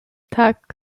tak